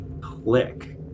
click